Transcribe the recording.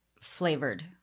flavored